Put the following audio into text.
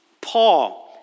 Paul